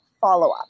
follow-up